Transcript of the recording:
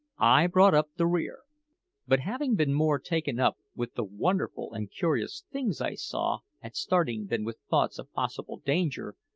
i brought up the rear but having been more taken up with the wonderful and curious things i saw at starting than with thoughts of possible danger,